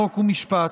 חוק ומשפט.